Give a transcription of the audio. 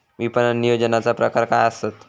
विपणन नियोजनाचे प्रकार काय आसत?